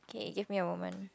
okay give me a moment